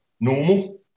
normal